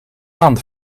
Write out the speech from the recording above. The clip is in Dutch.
aan